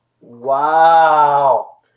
Wow